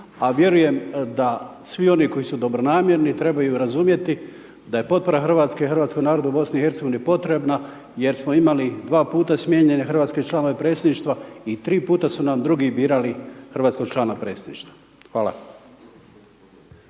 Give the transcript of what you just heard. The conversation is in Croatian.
a vjerujem da svi oni koji su dobronamjerni trebaju razumjeti da je potpora Hrvatske, hrvatskom narodu u Bosni i Hercegovini potrebna, jer smo imali dva puta smijenjene hrvatske članove Predsjedništva, i tri puta su nam drugi birali hrvatskog člana Predsjedništva. Hvala.